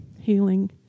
healing